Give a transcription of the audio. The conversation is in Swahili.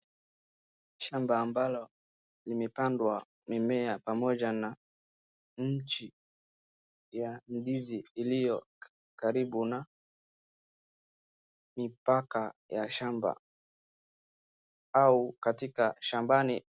Shamba ambalo limepandwa mimea pamoja na nchi ya ndizi iliyo karibu na mipaka ya shamba au katika shambani.